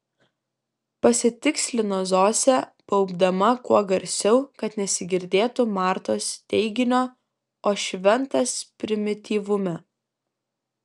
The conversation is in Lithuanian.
pasitikslino zosė baubdama kuo garsiau kad nesigirdėtų martos teiginio o šventas primityvume